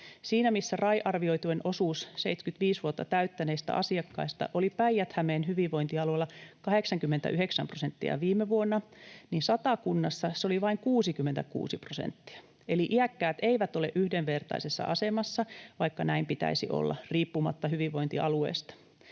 Siinä, missä RAI-arvioitujen osuus 75 vuotta täyttäneistä asiakkaista oli Päijät-Hämeen hyvinvointialueella 89 prosenttia viime vuonna, Satakunnassa se oli vain 66 prosenttia, eli iäkkäät eivät ole yhdenvertaisessa asemassa, vaikka näin pitäisi olla riippumatta hyvinvointialueesta.